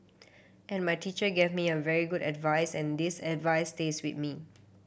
and my teacher gave me a very good advice and this advice stays with me